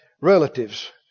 relatives